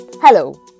Hello